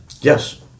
Yes